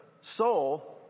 soul